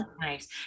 Nice